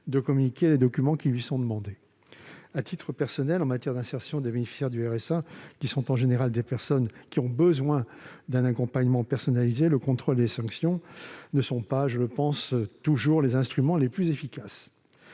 de communiquer les documents qui lui sont demandés. À titre personnel, je considère que, en matière d'insertion des bénéficiaires du RSA- ce sont en général des personnes qui ont besoin d'un accompagnement personnalisé -, le contrôle et les sanctions ne sont pas toujours les instruments les plus efficaces.